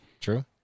True